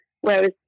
Whereas